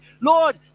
Lord